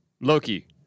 Loki